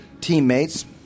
teammates –